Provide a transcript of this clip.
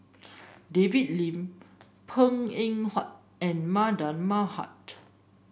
David Lim Png Eng Huat and Mardan Mamat